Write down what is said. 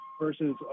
versus